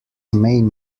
main